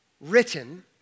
written